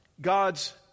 God's